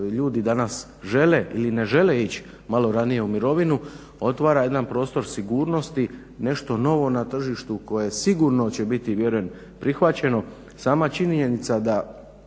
ljudi danas žele ili ne žele ići malo ranije u mirovinu, otvara jedan prostor sigurnosti, nešto novo na tržištu koje sigurno će biti vjerujem prihvaćeno. Sama činjenica da